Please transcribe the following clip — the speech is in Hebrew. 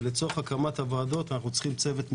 ולצורך הקמת הוועדות אנחנו צריכים צוות מקצועי,